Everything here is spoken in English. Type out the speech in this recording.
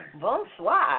Bonsoir